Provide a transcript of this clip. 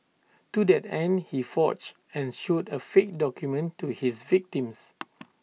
to that end he forged and showed A fake document to his victims